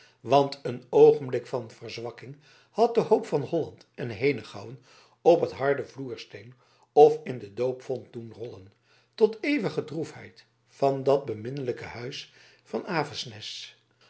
want een oogenblik van verzwakking had de hoop van holland en henegouwen op het harde vloersteen of in de doopvont doen rollen tot eeuwige droefheid van dat beminnelijke huis van avesnes